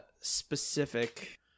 specific